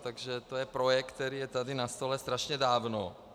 Takže to je projekt, který je tady na stole strašně dávno.